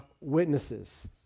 witnesses